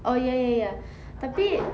oh ya ya ya tapi